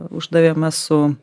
uždavėm mes su